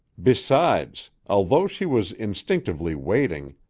besides, although she was instinctively waiting,